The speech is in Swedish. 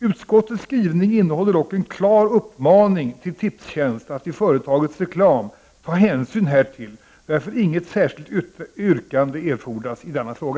Utskottets skrivning innehåller dock en klar uppmaning till Tipstjänst att i företagets reklam ta hänsyn härtill, varför inget särskilt yrkande erfordras i denna fråga.